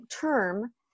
term